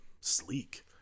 sleek